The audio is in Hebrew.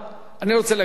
אני רוצה להגיד,